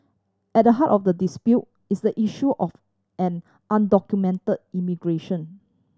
at the heart of the dispute is the issue of an undocument immigration